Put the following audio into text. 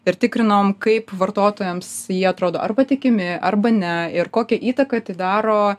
ir tikrinom kaip vartotojams jie atrodo ar patikimi arba ne ir kokią įtaką tai daro